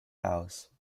house